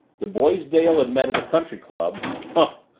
the boys dale had met at the country club humph!